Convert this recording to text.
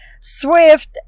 SWIFT